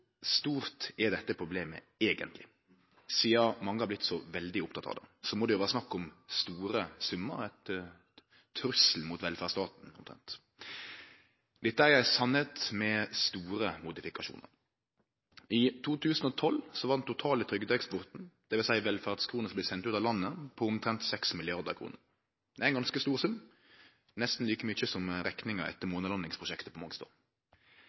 stort er dette problemet eigentleg? Sidan mange har vorte så veldig opptekne av det, må det jo vere snakk om store summar og omtrent ein trussel mot velferdsstaten. Dette er ei sanning med store modifikasjonar. I 2012 var den totale trygdeeksporten, dvs. velferdskroner som vart sende ut av landet, på omtrent 6 mrd. kr. Det er ein ganske stor sum, nesten like mykje som rekninga etter månelandingsprosjektet på